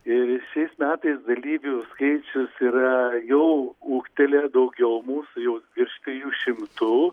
ir šiais metais dalyvių skaičius yra jau ūgtelėjęs daugiau mūsų jau virš trijų šimtų